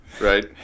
right